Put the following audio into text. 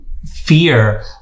fear